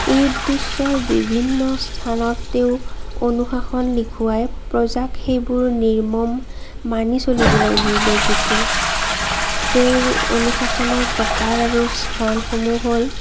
এই দৃশ্যৰ বিভিন্ন স্থানত তেওঁ অনুশাসন লিখোৱাই প্ৰজাক সেইবোৰ নিৰ্মম মানি চলিবলৈ নিৰ্দেশ দিছিল তেওঁৰ অনুশাসনৰ প্ৰকাৰ আৰু স্থানসমূহ হ'ল